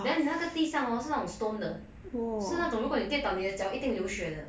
then 你那个地上 hor 是那种 stone 的是那种如果你跌到你的脚一定会流血的